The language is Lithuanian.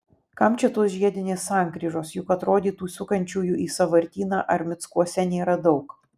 kam čia tos žiedinės sankryžos juk atrodytų sukančiųjų į sąvartyną ar mickuose nėra daug